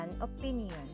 opinion